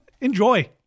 enjoy